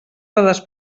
dades